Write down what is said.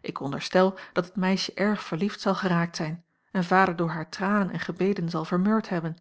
ik onderstel dat het meisje erg verliefd zal geraakt zijn en vader door haar tranen en gebeden zal vermurwd hebben